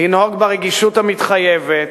לנהוג ברגישות המתחייבת,